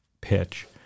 pitch